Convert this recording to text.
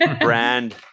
brand